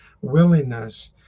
willingness